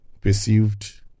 perceived